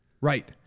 Right